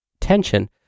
Tension